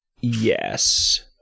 yes